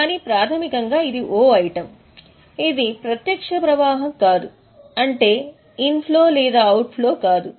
కానీ ప్రాథమికంగా ఇది 'O' ఐటెమ్ ఇది ప్రత్యక్ష ప్రవాహం కాదు అంటే ఇన్ ఫ్లో లేదా అవుట్ ఫ్లో కాదు